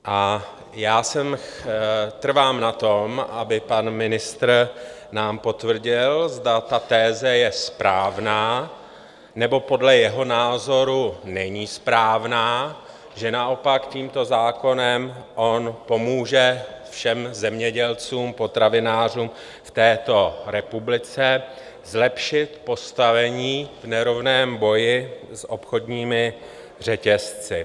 A já trvám na tom, aby pan ministr nám potvrdil, zda ta teze je správná, nebo podle jeho názoru není správná, že naopak tímto zákonem on pomůže všem zemědělcům, potravinářům v této republice zlepšit postavení v nerovném boji s obchodními řetězci.